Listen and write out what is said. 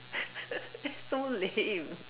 it's so lame